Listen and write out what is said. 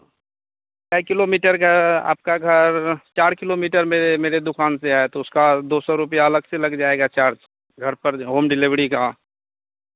कै किलोमीटर का आपका घर चार किलोमीटर मेरे मेरे दुकान से है तो उसका दो सौ रुपैया अलग से लग जाएगा चार्ज़ घर पर होम डिलेवरी का